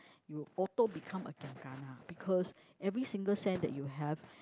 you auto become a giam-gana because every single cent that you have